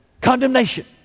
condemnation